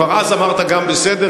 כבר אז אמרת "בסדר",